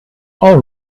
all